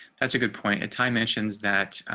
that's a good point at time mentions that